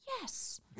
yes